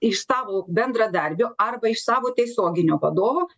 iš savo bendradarbio arba iš savo tiesioginio vadovo